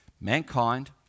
mankind